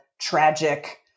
tragic